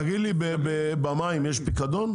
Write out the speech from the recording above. תגיד לי, למים יש פיקדון?